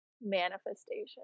manifestation